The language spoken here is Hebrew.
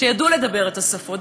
שידעו לדבר את השפות.